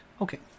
Okay